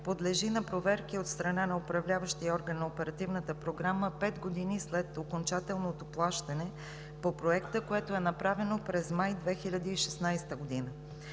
подлежи на проверки от страна на Управляващия орган на Оперативната програма пет години след окончателното плащане по Проекта, което е направено през месец май 2016 г.,